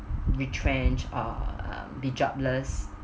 retrench or um be jobless